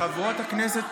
חברות הכנסת